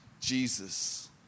Jesus